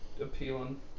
appealing